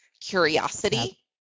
curiosity